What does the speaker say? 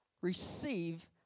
receive